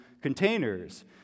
containers